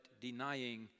denying